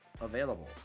available